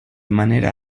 manera